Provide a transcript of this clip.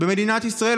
במדינת ישראל,